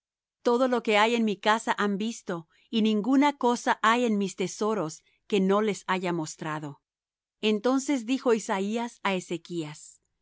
todo lo que hay en mi casa han visto y ninguna cosa hay en mis tesoros que no les haya mostrado entonces dijo isaías á ezechas